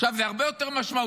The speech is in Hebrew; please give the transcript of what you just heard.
עכשיו, זה הרבה יותר משמעותי.